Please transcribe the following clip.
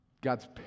God's